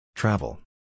Travel